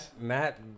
Matt